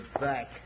back